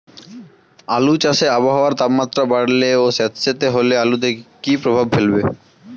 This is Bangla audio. আলু চাষে আবহাওয়ার তাপমাত্রা বাড়লে ও সেতসেতে হলে আলুতে কী প্রভাব ফেলবে?